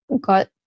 got